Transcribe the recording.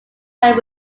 than